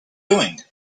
doing